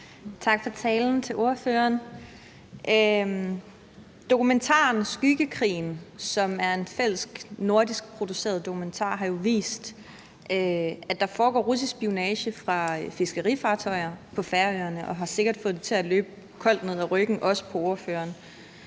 ordføreren for talen. Dokumentaren »Skyggekrigen«, som er en fælles nordisk produceret dokumentar, har jo vist, at der foregår russisk spionage fra fiskerifartøjer på Færøerne, og det har sikkert fået det til at løbe koldt ned ad ryggen på folk, også på ordføreren.